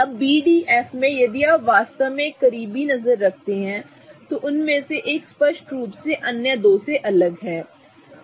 अब B D और F में यदि आप वास्तव में एक करीबी नज़र रखते हैं तो उनमें से एक स्पष्ट रूप से अन्य दो से अलग है